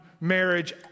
marriage